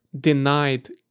denied